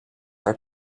are